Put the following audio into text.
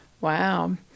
Wow